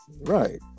Right